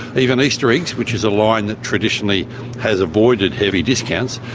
even easter eggs, which is a line that traditionally has avoided heavy discounts,